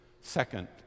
second